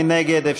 מי נגד?